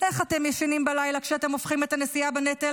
איך אתם ישנים בלילה כשאתם הופכים את הנשיאה בנטל